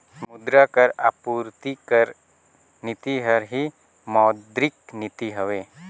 मुद्रा कर आपूरति कर नीति हर ही मौद्रिक नीति हवे